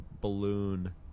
balloon